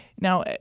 Now